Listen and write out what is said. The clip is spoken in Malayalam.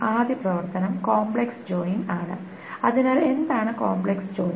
ആദ്യ പ്രവർത്തനം കോംപ്ലക്സ് ജോയിൻ ആണ് അതിനാൽ എന്താണ് കോംപ്ലക്സ് ജോയിൻ